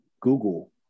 google